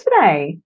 today